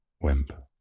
wimp